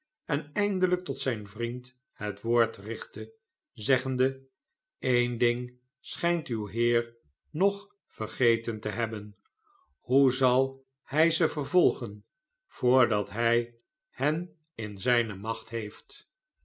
en eindelijk tot zijn vriend het woord richtte zeggende een ding schijnt uw heer nog vergeten te hebben hoe zal hij ze vervolgen voordat hij hen in zijne macht heeft